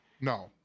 No